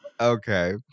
okay